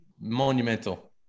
monumental